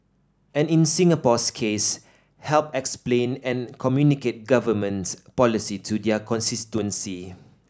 and in Singapore's case help explain and communicate Government policy to their constituency